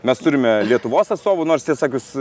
mes turime lietuvos atstovų nors tiesą pasakius